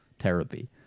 therapy